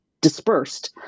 dispersed